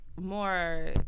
more